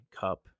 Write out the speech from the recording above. cup